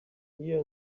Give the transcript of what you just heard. here